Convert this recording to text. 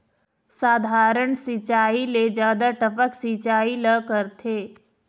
साधारण सिचायी ले जादा टपक सिचायी ला करथे